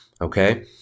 Okay